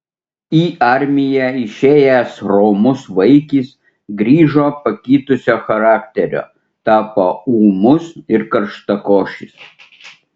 į armiją išėjęs romus vaikis grįžo pakitusio charakterio tapo ūmus ir karštakošis